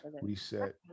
reset